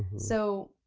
so,